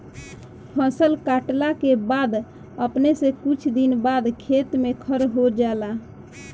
फसल काटला के बाद अपने से कुछ दिन बाद खेत में खर हो जाला